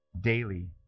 Daily